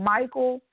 Michael